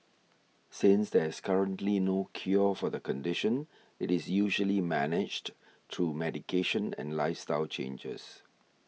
since there is currently no cure for the condition it is usually managed through medication and lifestyle changes